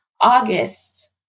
August